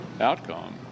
outcome